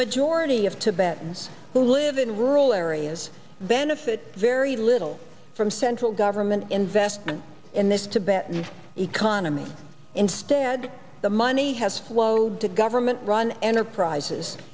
majority of tibetans who live in rural areas benefit very little from central government investment in this tibet and economy instead the money has flowed to government run enterprises